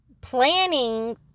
planning